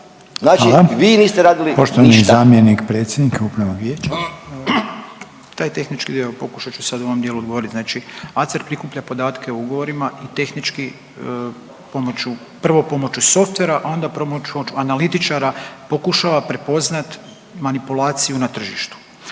**Reiner, Željko (HDZ)** Poštovani zamjenik predsjednika Upravnog vijeća. **Vrban, Željko** Taj tehnički dio, pokušat ću sad u ovom dijelu odgovoriti. Znači ACER prikuplja podatke o ugovorima i tehnički pomoći, prvo pomoću softvera, a onda pomoći analitičara pokušava prepoznati manipulaciju na tržištu.